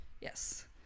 Yes